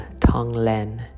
Tonglen